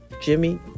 Jimmy